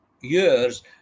years